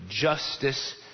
justice